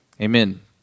amen